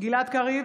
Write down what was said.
גלעד קריב,